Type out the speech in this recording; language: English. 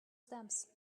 stamps